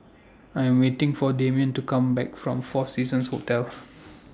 I Am waiting For Damian to Come Back from four Seasons Hotel